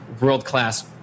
world-class